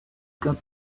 got